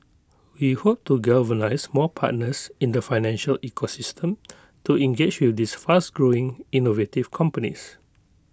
we hope to galvanise more partners in the financial ecosystem to engage with these fast growing innovative companies